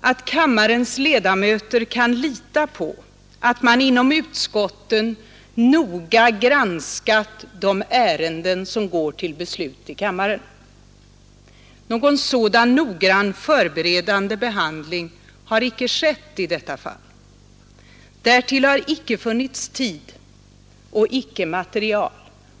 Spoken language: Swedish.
att kammarens ledamöter kan lita på att man inom utskotten noga granskat de ärenden som går till beslut i kammaren. Någon sådan noggrann förberedande behandling har icke skett i detta fall. Därtill har icke funnits tid och icke material.